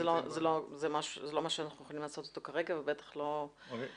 זה לא משהו שאנחנו יכולים לעשות אותו כרגע ובטח לא לבצע.